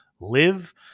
live